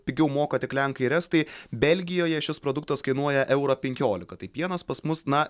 pigiau moka tik lenkai ir estai belgijoje šis produktas kainuoja eurą penkiolika tai pienas pas mus na